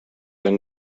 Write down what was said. and